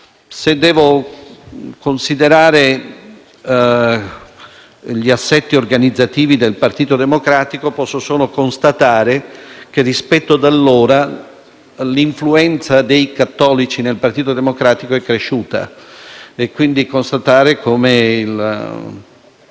Se considero gli assetti organizzativi del Partito Democratico, posso solo constatare come, rispetto ad allora, l'influenza dei cattolici nel Partito Democratico sia cresciuta e come il